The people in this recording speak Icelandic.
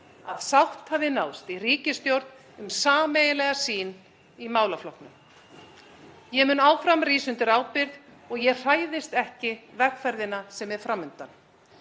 að sátt hafi náðst í ríkisstjórn um sameiginlega sýn í málaflokknum. Ég mun áfram rísa undir ábyrgð og ég hræðist ekki vegferðina sem er fram undan.